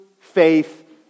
faith